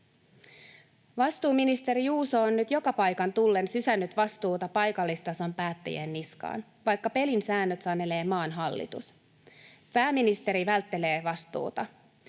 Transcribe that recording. Vastuuministeri Juuso on nyt joka paikan tullen sysännyt vastuuta paikallistason päättäjien niskaan, vaikka pelin säännöt sanelee maan hallitus. Pääministeri välttelee vastuuta.